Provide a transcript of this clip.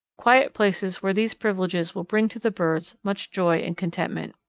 quiet places where these privileges will bring to the birds much joy and contentment.